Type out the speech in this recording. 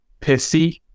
pissy